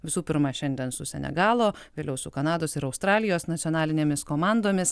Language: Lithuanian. visų pirma šiandien su senegalo vėliau su kanados ir australijos nacionalinėmis komandomis